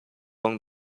along